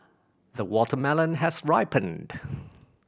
the watermelon has ripened